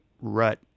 rut